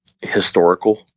historical